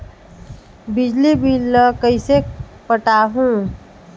बिजली बिल ल कइसे पटाहूं?